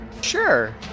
Sure